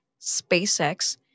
SpaceX